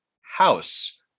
House